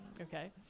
Okay